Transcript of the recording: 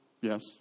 Yes